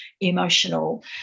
emotional